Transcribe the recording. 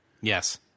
Yes